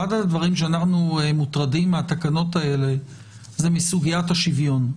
אחד הדברים שאנחנו מוטרדים מהן בתקנות האלה זה סוגיית השוויון.